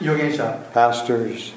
Pastors